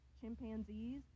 chimpanzees